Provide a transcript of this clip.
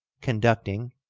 conducting,